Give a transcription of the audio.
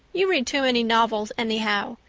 you read too many novels anyhow.